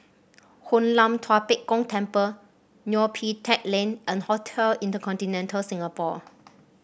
Hoon Lam Tua Pek Kong Temple Neo Pee Teck Lane and Hotel InterContinental Singapore